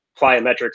plyometrics